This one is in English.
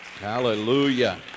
Hallelujah